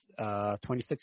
26